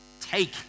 take